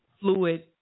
fluid